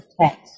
text